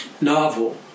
novel